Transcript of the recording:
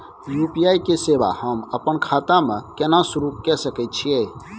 UPI के सेवा हम अपने खाता म केना सुरू के सके छियै?